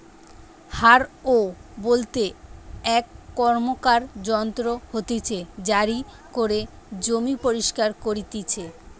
হারও বলতে এক র্কমকার যন্ত্র হতিছে জারি করে জমি পরিস্কার করতিছে